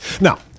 Now